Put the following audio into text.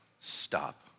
stop